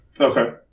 Okay